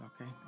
Okay